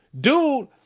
dude